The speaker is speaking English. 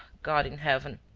god in heaven!